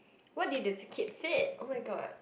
what do you do to keep fit oh-my-god